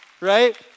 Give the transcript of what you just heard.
right